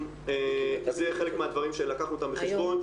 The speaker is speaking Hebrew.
זה יהיה חלק מהדברים שלקחנו אותם בחשבון.